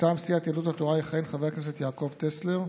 מטעם סיעת יהדות התורה יכהן חבר הכנסת יעקב טסלר,